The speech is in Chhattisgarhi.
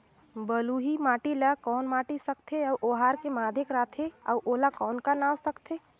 बलुही माटी ला कौन माटी सकथे अउ ओहार के माधेक राथे अउ ओला कौन का नाव सकथे?